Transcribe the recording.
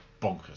bonkers